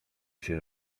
się